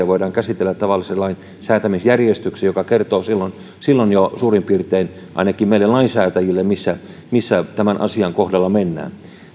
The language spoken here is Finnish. voidaan käsitellä tavallisen lain säätämisjärjestyksessä mikä kertoo silloin silloin jo suurin piirtein ainakin meille lainsäätäjille missä missä tämän asian kohdalla mennään